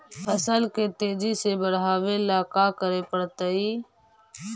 फसल के तेजी से बढ़ावेला का करे पड़तई?